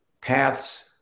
paths